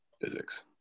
physics